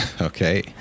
Okay